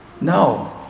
No